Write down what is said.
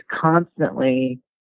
constantly